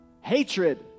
Hatred